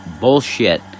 bullshit